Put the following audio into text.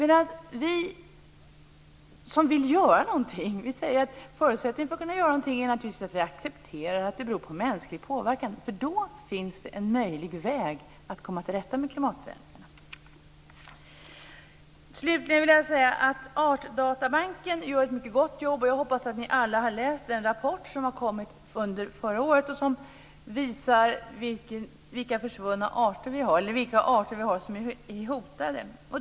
Men vi som vill göra någonting menar att förutsättningen för att kunna göra någonting är naturligtvis att vi accepterar att det beror på mänsklig påverkan. Slutligen vill jag säga att Artdatabanken gör ett gott jobb. Jag hoppas att ni alla har läst den rapport som har kommit under förra året och som visar vilka försvunna arter, vilka arter som är hotade.